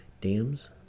dams